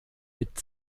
mit